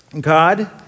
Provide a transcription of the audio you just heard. God